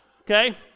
Okay